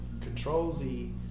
Control-Z